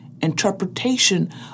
interpretation